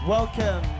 Welcome